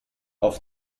auf